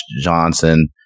Johnson